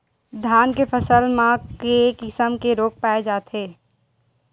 धान के फसल म के किसम के रोग पाय जाथे?